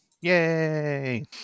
Yay